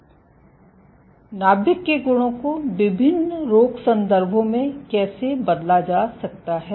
और नाभिक के गुणों को विभिन्न रोग संदर्भों में कैसे बदला जाता है